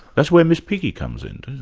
that's where miss piggy comes in.